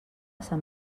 sant